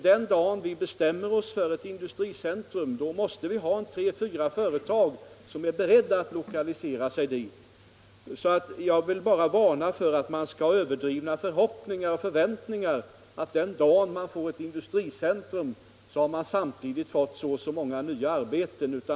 Den dag då vi bestämmer oss för ett industricentrum måste vi också veta att vi har tre fyra företag som är beredda att lokalisera sig dit. Jag vill därför varna för att hysa överdrivna förhoppningar eller för att ha för stora förväntningar och tro att den dag då man får ett industricentrum har man samtidigt fått så och så många nya arbeten.